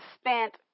spent